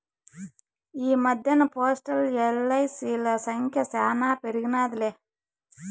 ఈ మద్దెన్న పోస్టల్, ఎల్.ఐ.సి.ల సంఖ్య శానా పెరిగినాదిలే